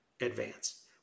advance